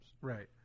Right